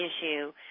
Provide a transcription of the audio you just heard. issue